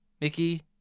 Mickey